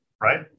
right